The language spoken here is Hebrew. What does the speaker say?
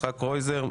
יצחק קרויזר,